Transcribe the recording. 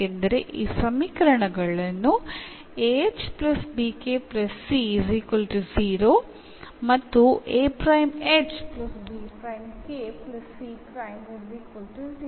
ഇവയിൽ എന്നിവ ഗുണകങ്ങളും എന്നിവ വേരിയബിൾകളും ആണ്